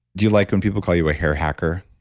do you like when people call you a hair hacker?